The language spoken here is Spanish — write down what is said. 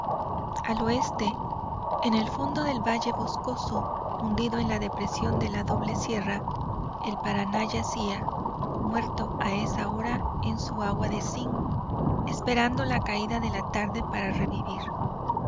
al oeste en el fondo del valle boscoso hundido en la depresión de la doble sierra el paraná yacía muerto a esa hora en su agua de cinc esperando la caída de la tarde para revivir